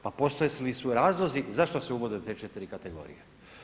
Pa postojali su razlozi zašto se uvode te 4 kategorije.